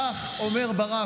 כך אומר ברק.